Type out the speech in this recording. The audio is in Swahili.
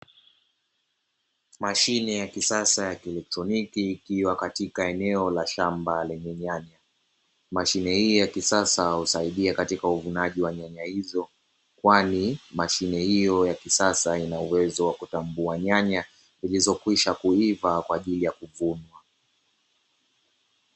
Mashine ya kisasa ya kielektroniki ikiwa katika eneo la shamba lenye nyanya. Mashine hii ya kisasa husaidia katika uvunaji wa nyanya hizo, kwani mashine hiyo ya kisasa ina uwezo wa kutambua nyanya zilizokwisha kuiva kwa ajili ya kuvunwa.